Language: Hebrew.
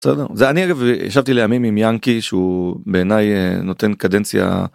זה אני אגב ישבתי לימים עם ינקי שהוא בעיניי נותן קדנציה.